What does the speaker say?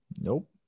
Nope